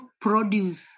produce